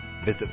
Visit